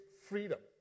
freedom